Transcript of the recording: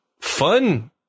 fun